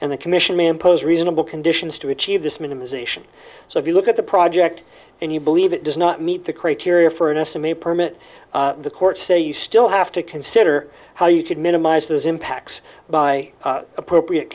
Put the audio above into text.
and the commission impose reasonable conditions to achieve this minimisation so if you look at the project and you believe it does not meet the criteria for an estimate permit the courts say you still have to consider how you could minimize those impacts by appropriate